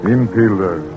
Infielder